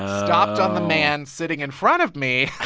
stopped on the man sitting in front of me,